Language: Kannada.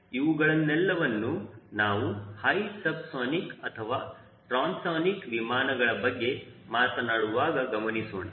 ಅವುಗಳನ್ನೆಲ್ಲವನ್ನೂ ನಾವು ಹೈ ಸಬ್ಸಾನಿಕ್ ಅಥವಾ ಟ್ರಾನ್ಸನಿಕ್ ವಿಮಾನಗಳ ಬಗ್ಗೆ ಮಾತನಾಡುವಾಗ ಗಮನಿಸೋಣ